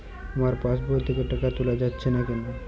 আমার পাসবই থেকে টাকা তোলা যাচ্ছে না কেনো?